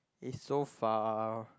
is so far